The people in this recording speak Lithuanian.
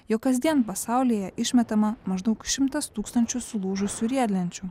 jog kasdien pasaulyje išmetama maždaug šimtas tūkstančių sulūžusių riedlenčių